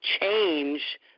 change